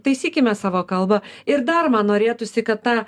taisykime savo kalbą ir dar man norėtųsi kad ta